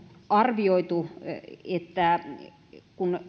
arvioitu että kun